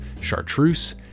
chartreuse